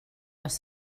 les